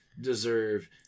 deserve